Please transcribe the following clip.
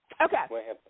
okay